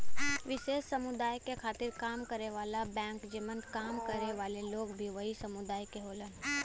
विशेष समुदाय के खातिर काम करे वाला बैंक जेमन काम करे वाले लोग भी वही समुदाय क होलन